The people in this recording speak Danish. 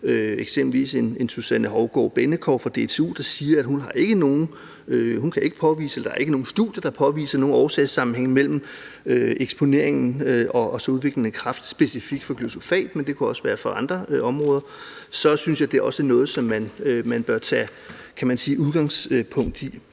eksempelvis Susanne Hougaard Bennekou fra DTU, der siger, at der ikke er nogen studier, der påviser nogen årsagssammenhæng mellem eksponeringen og udvikling af kræft specifikt for glyfosat, men det kunne også være fra andre områder – synes jeg er noget, man bør tage udgangspunkt i.